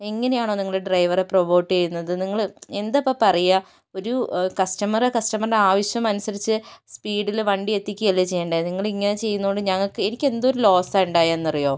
എങ്ങനെയാണോ നിങ്ങൾ ഡ്രൈവറെ പ്രൊമോട്ട് ചെയ്യുന്നത് നിങ്ങൾ എന്താ ഇപ്പം പറയുക ഒരു കസ്റ്റമർ കസ്റ്റമറിൻ്റെ ആവശ്യം അനുസരിച്ച് സ്പീഡിൽ വണ്ടി എത്തിക്കുകയല്ലേ ചെയ്യണ്ടേ നിങ്ങൾ ഇങ്ങനെ ചെയ്യുന്നതു കൊണ്ട് ഞങ്ങൾക്ക് എനിക്ക് എന്തൊരു ലോസാണ് ഉണ്ടായതെന്നറിയുമോ